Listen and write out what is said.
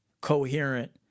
coherent